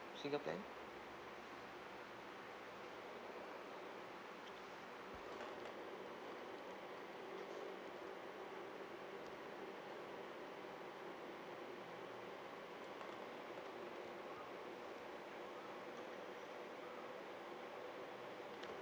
single plan